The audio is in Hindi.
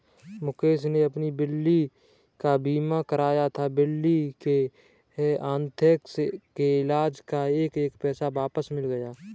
मुकेश ने अपनी बिल्ली का बीमा कराया था, बिल्ली के अन्थ्रेक्स के इलाज़ का एक एक पैसा वापस मिल गया